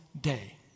day